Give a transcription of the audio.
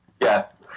Yes